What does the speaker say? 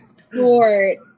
sports